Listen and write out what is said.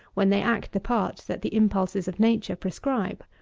when they act the part that the impulses of nature prescribe.